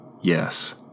Yes